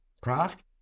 craft